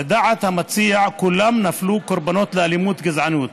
לדעת המציע, כולם נפלו קורבנות לאלימות גזענית